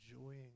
enjoying